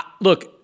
Look